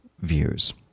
views